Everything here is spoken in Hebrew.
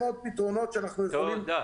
תודה.